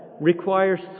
requires